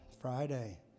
Friday